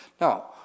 Now